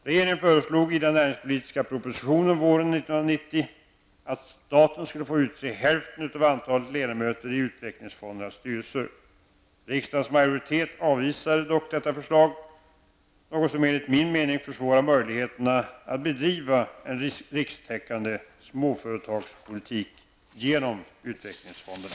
Regeringen föreslog i den näringspolitiska propositionen våren 1990 att staten skulle få utse hälften av antalet ledamöter i utvecklingsfondernas styrelse. Riksdagens majoritet avvisade dock detta detta förslag, något som enligt min mening försvårar möjligheterna att bedriva en rikstäckande småföretagspolitik genom utvecklingsfonderna.